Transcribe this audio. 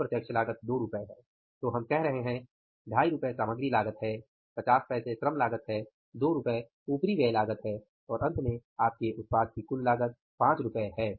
अप्रत्यक्ष लागत 2 रु है तो हम कह रहे हैं 25 सामग्री लागत है 50 पैसे श्रम लागत है 2 रु उपरिव्यय लागत है और अंत में आपके उत्पादन की कुल लागत 5 रु है